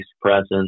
presence